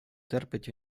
терпить